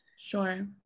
Sure